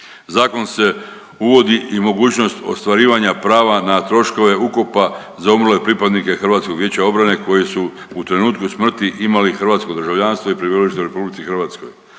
Zakon se uvodi i mogućnost ostvarivanja prava na troškove ukopa za umrle pripadnike HVO-a koji su u trenutku smrti imali hrvatsko državljanstvo i prebivalište u RH. I na kraju,